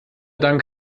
dank